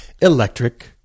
electric